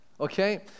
Okay